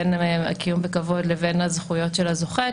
בין קיום בכבוד לבין הזכויות של הזוכה,